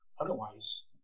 Otherwise